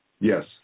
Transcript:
Yes